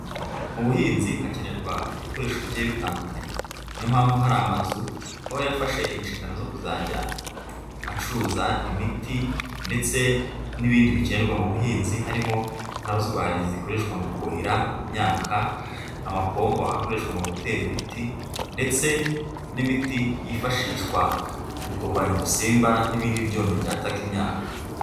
Mu buhinzi hakenerwa ibikoresho bigiye bitandukanye. Niyo mpamvu hari amazu aba yarafashe inshingano zo kuzajya acuruza imiti ndetse n'ibindi bikenerwa mu buhinzi harimo nka rozwari zikoreshwa mu kuhira imyaka, amapombo akoreshwa mu gutera imiti ndetse n'imiti yifashishwa mu kurwanya udusimba n'ibindi byonnyi byataka imyaka.